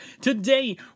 Today